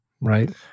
right